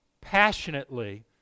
passionately